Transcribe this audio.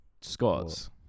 scots